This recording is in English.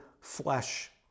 flesh